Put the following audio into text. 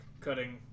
cutting